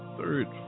third